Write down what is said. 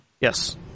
Yes